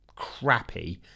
crappy